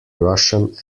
russian